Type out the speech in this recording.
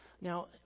Now